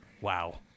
Wow